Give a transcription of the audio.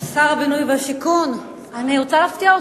שר הבינוי והשיכון, אני רוצה להפתיע אותך,